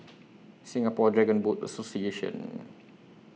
Singapore Dragon Boat Association